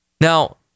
Now